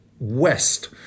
West